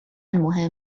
مهم